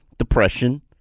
Depression